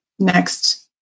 next